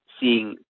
seeing